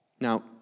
Now